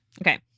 okay